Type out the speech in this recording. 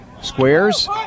squares